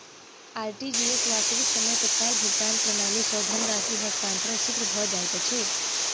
RTGS, वास्तविक समय तत्काल भुगतान प्रणाली, सॅ धन राशि हस्तांतरण शीघ्र भ जाइत अछि